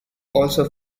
also